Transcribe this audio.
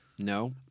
No